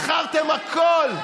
מכרתם הכול.